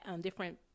different